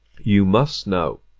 you must know,